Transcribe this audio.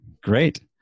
Great